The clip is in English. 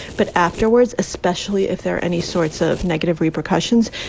but afterwards, especially if there are any sorts of negative repercussions,